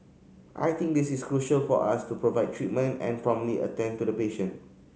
I think this is crucial for us to provide treatment and promptly attend to the patient